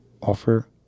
Offer